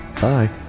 Bye